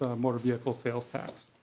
motor vehicle sales tax.